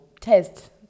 test